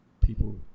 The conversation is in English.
people